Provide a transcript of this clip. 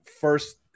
first